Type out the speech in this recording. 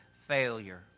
failure